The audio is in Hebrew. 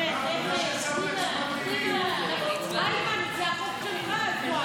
להעביר את הצעת חוק לתיקון פקודת התעבורה